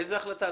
איזו החלטה?